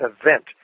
event